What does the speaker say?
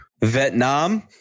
Vietnam